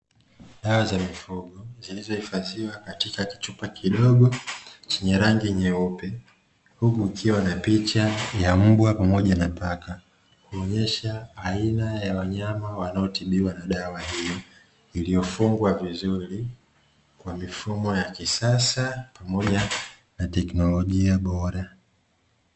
Dawa za mifugo zilizo hifadhiwa katika kichupa kidogo chenye rangi nyeupe huku kukiwa na picha ya mbwa pamoja na paka, kuonyesha aina ya wanyama wanaotibiwa na dawa hiyo iliyofungwa vizuri kwa mifumo ya kisasa pamoja na teknolojia bora.